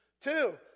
Two